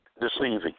deceiving